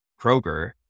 Kroger